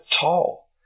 tall